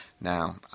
Now